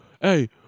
Hey